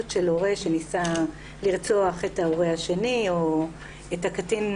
של הורה שניסה לרצוח את ההורה השני או את הקטין,